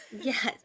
Yes